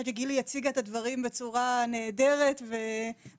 אני חושבת שגילי הציגה את הדברים בצורה נהדרת וקטונתי.